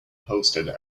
posted